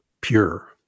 pure